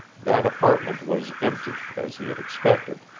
that apartment was empty, as he had expected.